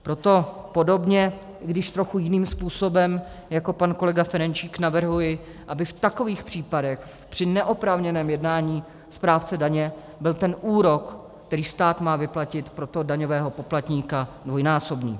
Proto podobně, i když trochu jiným způsobem, jako pan kolega Ferjenčík navrhuji, aby v takových případech při neoprávněném jednání správce daně byl ten úrok, který stát má vyplatit, pro toho daňového poplatníka dvojnásobný.